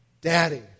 Daddy